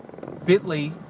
bitly